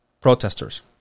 protesters